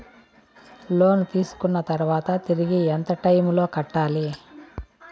లోను తీసుకున్న తర్వాత తిరిగి ఎంత టైములో కట్టాలి